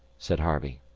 said harvey.